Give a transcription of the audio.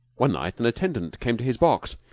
one night an attendant came to his box.